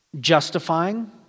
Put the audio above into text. justifying